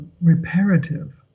reparative